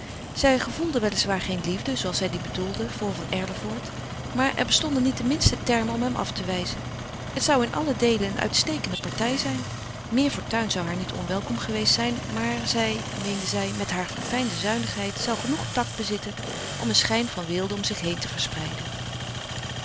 zij gevoelde wel is waar geen liefde zooals zij die bedoelde voor van erlevoort maar er bestonden niet de minste termen om hem af te wijzen het zou in alle deelen een uitstekende partij zijn meer fortuin zou haar niet onwelkom geweest zijn maar zij meende zij met haar verfijnde zuinigheid zou genoeg tact bezitten om een schijn van weelde om zich heen te verspreiden